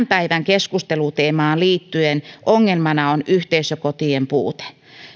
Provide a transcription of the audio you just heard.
päivän keskusteluteemaan liittyen ongelmana on yhteisökotien puute